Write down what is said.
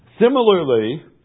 Similarly